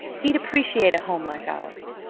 he'd appreciate a home like ours.